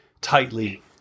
tightly